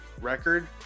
record